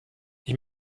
ich